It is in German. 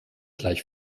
gleich